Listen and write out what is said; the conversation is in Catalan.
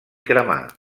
cremar